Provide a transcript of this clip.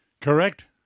Correct